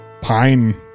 pine